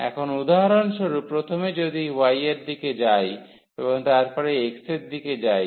এখন উদাহরণস্বরূপ প্রথমে যদি y এর দিকে যাই এবং তারপরে x এর দিকে নিয়ে যাই